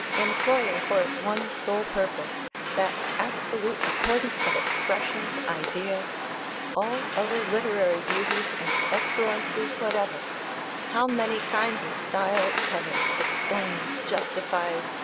employing for its one sole purpose that absolute accordance of expression to idea all other literary beauties and excellences whatever how many kinds of style it covers, explains, justifies,